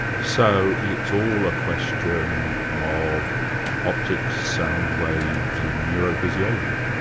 so it's all a question of optics, soundwaves and neurophysiology?